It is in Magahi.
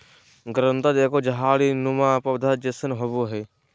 करोंदा एगो झाड़ी नुमा पौधा जैसन होबो हइ